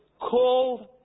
called